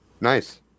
Nice